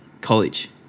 college